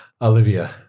Olivia